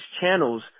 channels